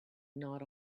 gnawed